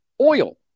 oil